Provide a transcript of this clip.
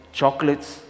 chocolates